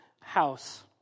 house